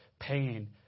pain